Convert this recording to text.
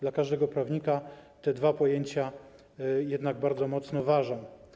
Dla każdego prawnika te dwa pojęcia jednak bardzo mocno ważą.